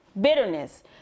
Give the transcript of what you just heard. bitterness